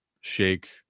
shake